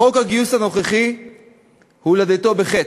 חוק הגיוס הנוכחי הולדתו בחטא.